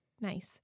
Nice